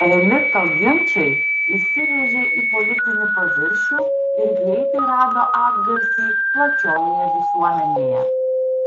elito ginčai įsirėžė į politinį paviršių ir greitai rado atgarsį plačiojoje visuomenėje